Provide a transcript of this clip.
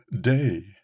day